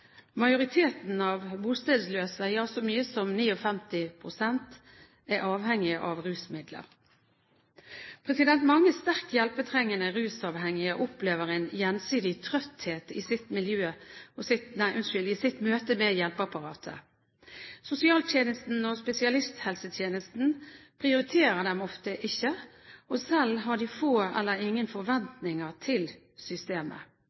Majoriteten av bostedsløse, ja så mye som 59 pst., er avhengig av rusmidler. Mange sterkt hjelpetrengende rusavhengige opplever en gjensidig «trøtthet» i sitt møte med hjelpeapparatet. Sosialtjenesten og spesialisthelsetjenesten prioriterer dem ofte ikke, og selv har de få eller ingen forventninger til systemet.